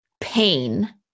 pain